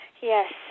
Yes